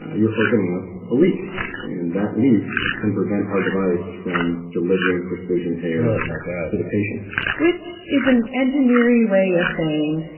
you're opening up a leak. and that leak can prevent our device from delivering precision air. oh, my god. to the patient which is an engineer-y way of saying,